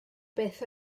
beth